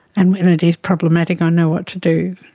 and when it is problematic i know what to do.